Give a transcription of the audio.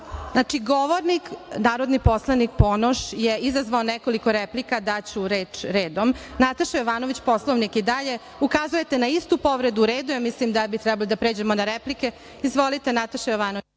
(Ne.)Znači, govornik, narodni poslanik Ponoš je izazvao nekoliko replika. Daću reč redom. Nataša Jovanović Poslovnik i dalje? Ukazujete na istu povredu? U redu je, mislim da bi trebalo da pređemo na replike. Reč ima narodni